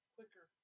Quicker